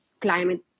climate